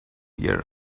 year